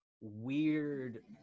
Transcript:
weird